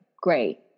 great